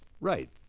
Right